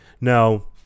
now